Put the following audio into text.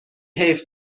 حیف